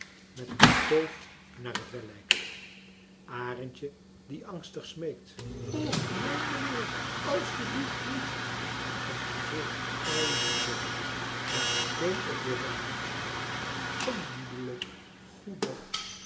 met een stoof naar het wel lijkt arendje die angstig smeekt och neen meneer asjeblieft niet een gil ijzingwekkend maar meteen ook weer davidson gemoedelijk goedig